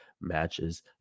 matches